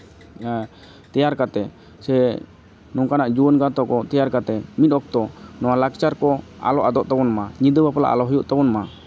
ᱛᱮᱭᱟᱨ ᱠᱟᱛᱮᱫ ᱥᱮ ᱱᱚᱝᱠᱟᱱᱟᱜ ᱡᱩᱣᱟᱹᱱ ᱜᱟᱶᱛᱟ ᱠᱚ ᱛᱮᱭᱟᱨ ᱠᱟᱛᱮᱫ ᱢᱤᱫ ᱚᱠᱛᱚ ᱱᱚᱣᱟ ᱞᱟᱠᱪᱟᱨ ᱠᱚ ᱟᱞᱚ ᱟᱫᱚᱜ ᱛᱟᱵᱚᱱ ᱢᱟ ᱧᱤᱫᱟᱹ ᱵᱟᱯᱞᱟ ᱟᱞᱚ ᱦᱩᱭᱩᱜ ᱛᱟᱵᱚᱱ ᱢᱟ